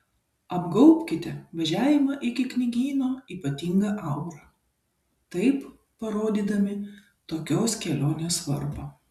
apgaubkite važiavimą iki knygyno ypatinga aura taip parodydami tokios kelionės svarbą